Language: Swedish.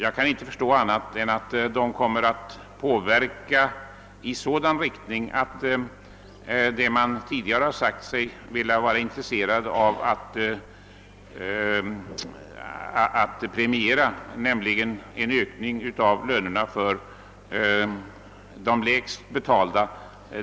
Jag kan inte förstå annat än att de kommer att motverka just vad man tidigare sagt sig vara intresserad av att premiera, nämligen en ökning av lönerna för de lägst betalda.